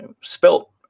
spelt